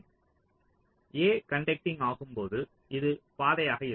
A conducting ஆகும் போது இது பாதையாக இருக்கும்